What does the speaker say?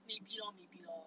maybe lor maybe lor